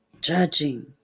judging